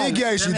מיגיעה אישית?